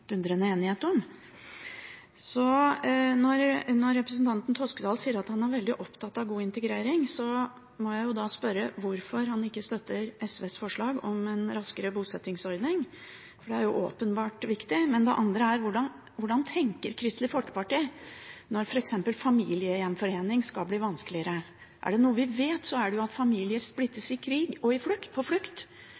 en raskere bosettingsordning. Det er jo åpenbart viktig. Det andre er: Hvordan tenker Kristelig Folkeparti når f.eks. familiegjenforening skal bli vanskeligere? Er det noe vi vet, så er det jo at familier splittes i krig og på flukt.